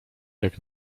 jak